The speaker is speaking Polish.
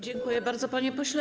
Dziękuję bardzo, panie pośle.